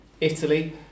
Italy